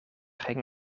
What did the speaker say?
ging